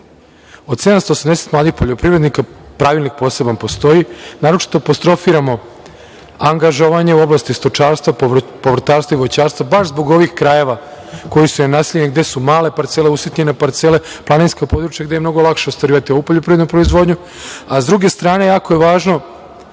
780 mladih poljoprivrednika, pravilnik poseban postoji, naročito apostrofiramo angažovanje u oblasti stočarstva, povrtarstva i voćarstva baš zbog ovih krajeva koji su nenaseljeni, gde su male parcele, usitnjene parcele, planinska područja gde je mnogo lakše ostvarivati ovu poljoprivrednu proizvodnju, a sa druge strane jako je važno